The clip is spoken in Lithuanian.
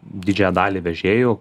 didžiąją dalį vežėjų